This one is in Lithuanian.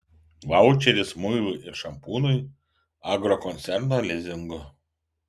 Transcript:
vaučeris muilui ir šampūnui agrokoncerno lizingu